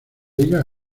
digas